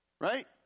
Right